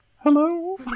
Hello